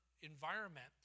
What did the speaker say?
environment